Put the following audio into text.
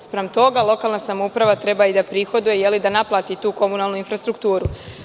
S pram toga lokalna samouprava treba i da prihoduje, da naplati tu komunalnu infrastrukturu.